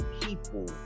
people